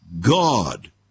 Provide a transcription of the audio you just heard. God